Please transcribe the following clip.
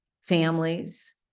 families